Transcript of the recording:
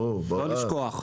לא לשכוח.